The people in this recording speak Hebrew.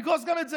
נגרוס גם את זה.